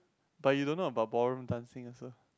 but you don't know about ballroom dancing also